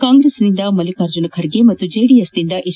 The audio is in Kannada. ಕಾಂಗ್ರೆಸ್ನಿಂದ ಮಲ್ಲಿಕಾರ್ಜನ ಖರ್ಗೆ ಪಾಗೂ ಜೆಡಿಎಸ್ನಿಂದ ಎಜ್